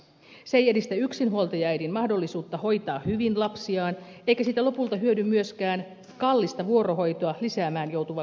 se ei edistä yksinhuoltajaäidin mahdollisuutta hoitaa hyvin lapsiaan eikä siitä lopulta hyödy myöskään kallista vuorohoitoa lisäämään joutuva kunta